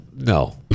No